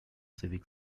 civic